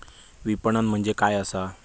विपणन म्हणजे काय असा?